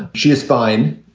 she is fine,